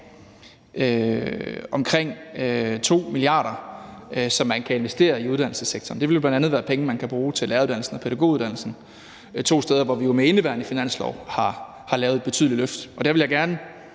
omkring 2 mia. kr., som man kan investere i uddannelsessektoren. Det vil jo bl.a. være penge, man kan bruge til læreruddannelsen og pædagoguddannelsen, to steder, hvor vi med indeværende finanslov har lavet et betydeligt løft, og der vil jeg gerne